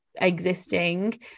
existing